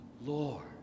lord